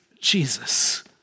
Jesus